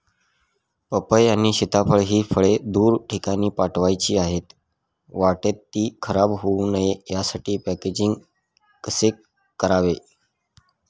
पपई आणि सीताफळ हि फळे दूर ठिकाणी पाठवायची आहेत, वाटेत ति खराब होऊ नये यासाठी पॅकेजिंग कसे करावे?